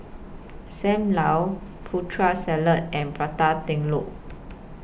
SAM Lau Putri Salad and Prata Telur